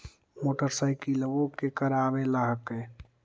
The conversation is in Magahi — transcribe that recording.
मोटरसाइकिलवो के करावे ल हेकै?